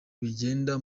bigenda